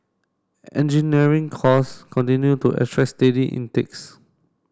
engineering course continue to attract steady intakes